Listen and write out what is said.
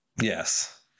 Yes